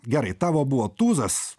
gerai tavo buvo tūzas